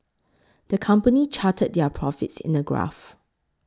the company charted their profits in a graph